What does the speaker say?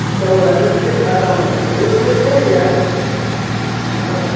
अच्छा वो वाला अच्छा रुकिए दिखाता हूँ मैं फिर एक मिनट रुकेंगे क्या निकालना पड़ेगा